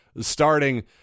starting